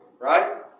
Right